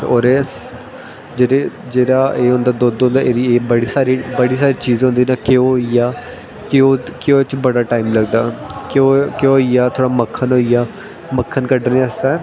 होर जेह्ड़े जेह्ड़ा एह् दुद्ध होंदा एह्दी एह् बड़ी सारी बड़ी सारी चीजां होंदा जियां घ्यो होई गेआ घ्यो घ्यो च बड़ा टाइम लगदा घ्यो घ्यो होई गेआ थुआढ़ा मक्खन होई गेआ मक्खन कड्ढने आस्तै